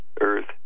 Earth